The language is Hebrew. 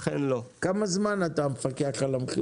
איך שיניתם את דעתכם ב- 180 מעלות?